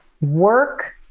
Work